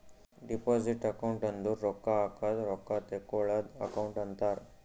deposit account ಅಂದುರ್ ರೊಕ್ಕಾ ಹಾಕದ್ ರೊಕ್ಕಾ ತೇಕ್ಕೋಳದ್ ಅಕೌಂಟ್ ಅಂತಾರ್